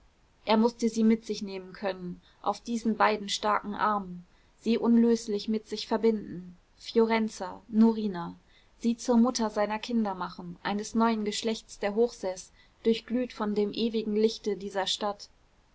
er mußte sie mit sich nehmen können auf diesen beiden starken armen sie unlöslich mit sich verbinden fiorenza norina sie zur mutter seiner kinder machen eines neuen geschlechts der hochseß durchglüht von dem ewigen lichte dieser stadt